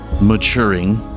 maturing